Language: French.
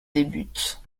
débute